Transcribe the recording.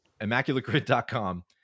ImmaculateGrid.com